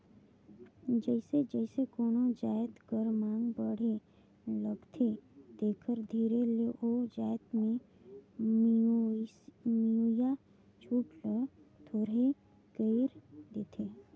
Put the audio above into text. जइसे जइसे कोनो जाएत कर मांग बढ़े लगथे तेकर धीरे ले ओ जाएत में मिलोइया छूट ल थोरहें कइर देथे